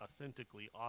authentically